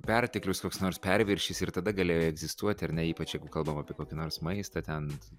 perteklius koks nors perviršis ir tada galėjo egzistuoti ar ne ypač jeigu kalbam apie kokį nors maistą ten